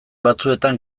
batzuetan